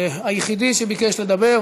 היחיד שביקש לדבר,